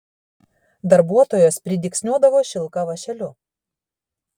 darbuotojos pridygsniuodavo šilką vąšeliu